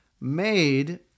Made